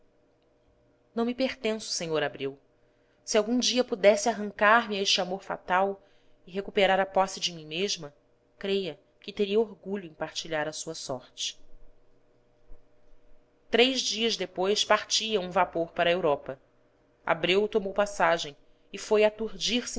não me pertenço senhor abreu se algum dia pudesse arrancar-me a este amor fatal e recuperar a posse de mim mesma creia que teria orgulho em partilhar a sua sorte três dias depois partia um vapor para europa abreu tomou passagem e foi